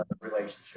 relationship